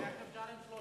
איך אפשר,